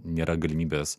nėra galimybės